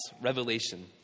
revelation